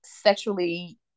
sexually